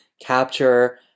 capture